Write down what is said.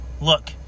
Look